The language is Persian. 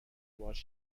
باهاش